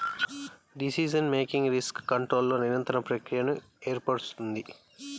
decision making risk కంట్రోల్ల నిరంతర ప్రక్రియను ఏర్పరుస్తుంది